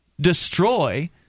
destroy